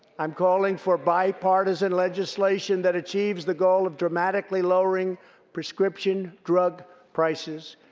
i'm calling for bipartisan legislation that achieves the goal of dramatically lowering prescription drug prices.